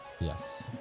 yes